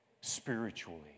spiritually